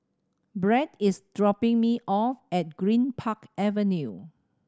Brett is dropping me off at Greenpark Avenue